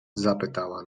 zapytała